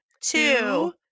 two